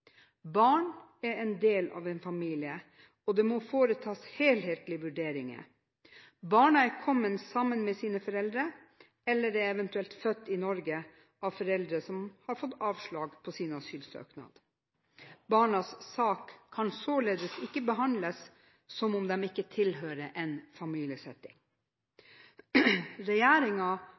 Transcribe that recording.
Barn er en del av en familie, og det må foretas helhetlige vurderinger. Barna har kommet sammen med sine foreldre eller er eventuelt født i Norge av foreldre som har fått avslag på sin asylsøknad. Barnas sak kan således ikke behandles som om barna ikke tilhører en